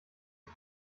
die